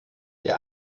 der